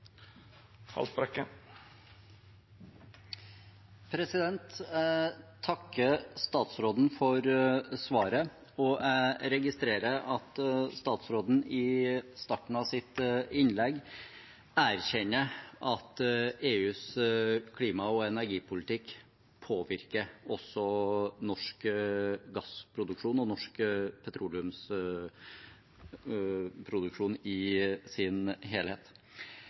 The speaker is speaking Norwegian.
Jeg takker statsråden for svaret. Jeg registrerer at statsråden i starten av sitt innlegg erkjenner at EUs klima- og energipolitikk påvirker også norsk gassproduksjon og norsk petroleumsproduksjon i sin helhet.